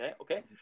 okay